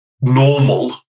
normal